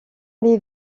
les